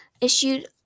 issued